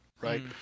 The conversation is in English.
right